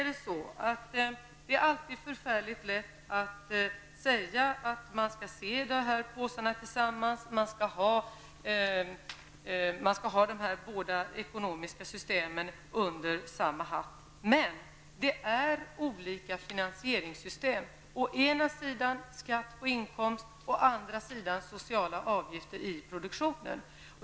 Det är alltid mycket lätt att säga att man skall se detta tillsammans och att man skall ha de båda ekonomiska systemen under samma hatt. Det är dock olika finansieringssystem, å ena sidan skatt på inkomst och å andra sidan sociala avgifter i produktionen.